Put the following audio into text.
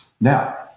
now